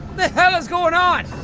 the hell is goin on!